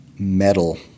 Metal